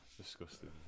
Disgusting